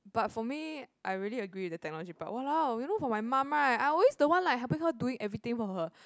but for me I really agree with the technology part !walao! you know for my mum right I always the one like helping her doing everything for her